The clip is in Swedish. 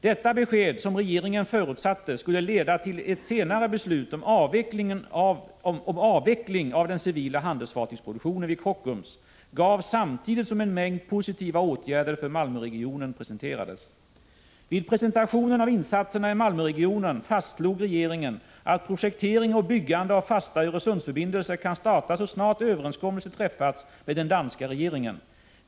Detta besked, som regeringen förutsatte skulle leda till ett senare beslut om avveckling av den civila handelsfartygsproduktionen vid Kockums, gavs samtidigt som en mängd positiva åtgärder för Malmöregionen presenterades. Vid presentationen av insatserna i Malmöregionen fastslog regeringen att projektering och byggande av fasta Öresundsförbindelser kan starta så snart överenskommelse träffats med den danska regeringen.